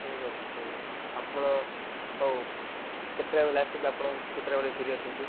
ଠିକ୍ ଅଛି ଠିକ୍ ଅଛି ଆପଣ ହଉ କେତେଟା ବେଲେ ଆସିବି ଆପଣ କେତେଟା ବେଲେ ଫ୍ରି ଅଛନ୍ତି